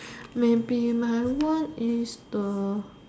maybe my one is the